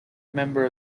member